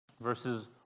verses